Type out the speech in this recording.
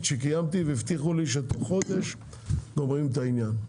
שקיימתי והבטיחו לי שתוך חודש גומרים את העניין.